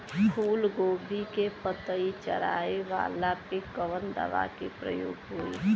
फूलगोभी के पतई चारे वाला पे कवन दवा के प्रयोग होई?